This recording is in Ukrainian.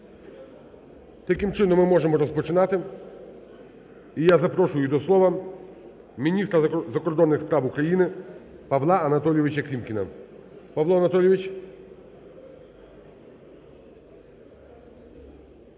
Таким чином ми можемо розпочинати. І я запрошую до слова міністра закордонних справ України Павла Анатолійовича Клімкіна. Павло Анатолійович.